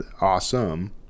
awesome